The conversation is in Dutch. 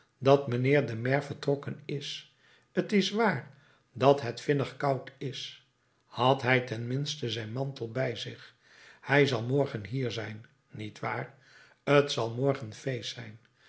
dat mijnheer de maire vertrokken is t is waar dat het vinnig koud is had hij ten minste zijn mantel bij zich hij zal morgen hier zijn niet waar t zal morgen feest zijn